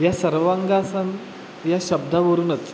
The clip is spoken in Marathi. या सर्वांगासन या शब्दावरूनच